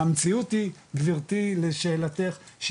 המציאות היא גברתי לשאלתך,